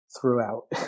throughout